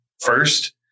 first